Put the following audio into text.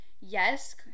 yes